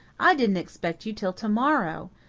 i didn't expect you till to-morrow.